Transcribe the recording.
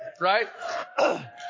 right